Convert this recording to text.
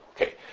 Okay